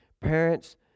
parents